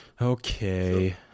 Okay